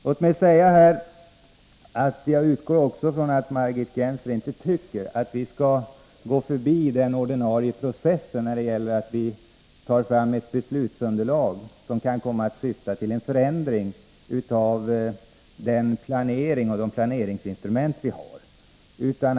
Låt mig säga att jag utgår från att Margit Gennser inte tycker att vi skall gå förbi den ordinarie processen när det gäller att ta fram ett beslutsunderlag som kan komma att innebära en förändring av den planering och av de planeringsinstrument vi har.